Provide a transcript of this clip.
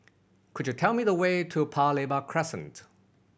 could you tell me the way to Paya Lebar Crescent